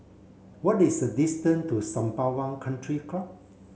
what is the distance to Sembawang Country Club